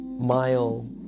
mile